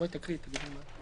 בואי תקריאי ותגידי מה צריך.